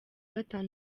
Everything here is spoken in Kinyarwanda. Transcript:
gatatu